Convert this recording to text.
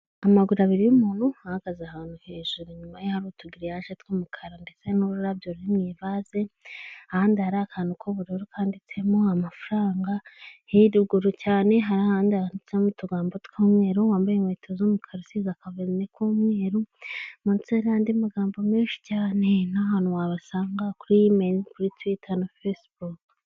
Amaguru abiri y'umuntu ahagaze ahantu hejuru inyuma ye hari utugiriyaje tw'umukara ndetse n'ururabyo ruri mu ivaze, ahandi hari akantu k'ubururu kanditsemo amafaranga hiruguru cyane hari ahandi yanditsemo utugambo tw'umweru, wambaye inkweto z'umukara usize aka verine k'umweru munsi hariho andi magambo menshi cyane, n'ahantu wabasanga kuri emeli, kuri twita na fesibuku.